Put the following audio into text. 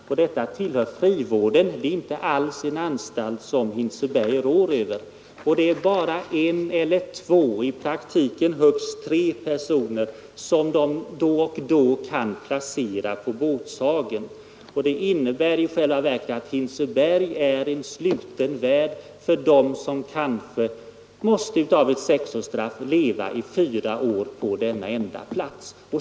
Denna anstalt tillhör frivården, och det är alltså en anstalt som Hinseberg inte rår över. Man har bara möjlighet att från Hinseberg då och då placera en, två eller någon gång högst tre personer på Båtshagen. Detta innebär i själva verket att Hinseberg är en sluten värld för sina intagna som kanske måste leva fyra år, av ett utmätt straff på sex år, på denna enda plats.